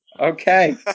Okay